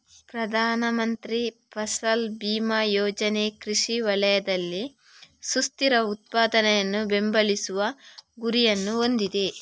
ಪ್ರಧಾನ ಮಂತ್ರಿ ಫಸಲ್ ಬಿಮಾ ಯೋಜನೆ ಕೃಷಿ ವಲಯದಲ್ಲಿ ಸುಸ್ಥಿರ ಉತ್ಪಾದನೆಯನ್ನು ಬೆಂಬಲಿಸುವ ಗುರಿಯನ್ನು ಹೊಂದಿದೆ